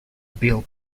bill